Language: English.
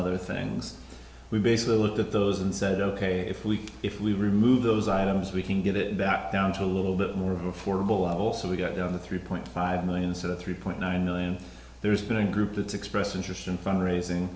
other things we basically look at those and said ok if we if we remove those items we can get it back down to a little bit more before a ball or so we go down the three point five million so the three point nine million there's been a group that expressed interest in fund raising